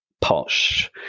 posh